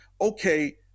okay